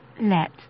let